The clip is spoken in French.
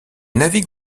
navigue